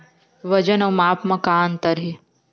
वजन अउ माप म का अंतर हे?